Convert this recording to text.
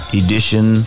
edition